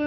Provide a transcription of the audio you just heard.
Jeg